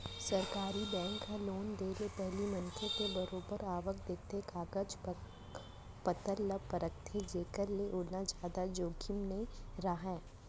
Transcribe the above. सरकारी बेंक ह लोन देय ले पहिली मनसे के बरोबर आवक देखथे, कागज पतर ल परखथे जेखर ले ओला जादा जोखिम नइ राहय